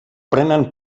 prenen